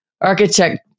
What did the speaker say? architect